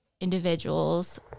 individuals